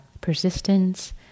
persistence